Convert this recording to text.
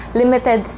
limited